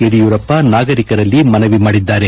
ಯಡಿಯೂರಪ್ಪ ನಾಗರಿಕರಲ್ಲಿ ಮನವಿ ಮಾಡಿದ್ದಾರೆ